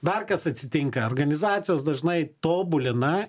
dar kas atsitinka organizacijos dažnai tobulina